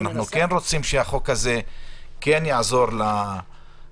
אנחנו כן רוצים שהחוק הזה כן יעזור לחברות,